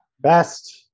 Best